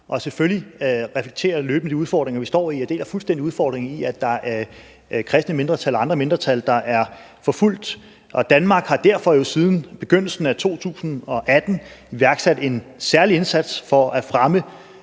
og selvfølgelig reflekterer det løbende de udfordringer, vi står i. Jeg deler fuldstændig udfordringen i, at der er kristne mindretal og andre mindretal, der er forfulgt, og Danmark har jo derfor siden begyndelsen af 2018 iværksat en særlig indsats for at fremme